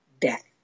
death